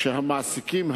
שכן המעסיקים,